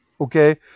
Okay